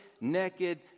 naked